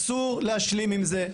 אסור להשלים עם זה.